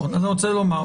בהקשר הזה אני רוצה לומר,